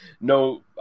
no